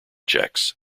checks